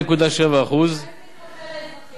4.7%. מתי זה יחלחל לאזרחים?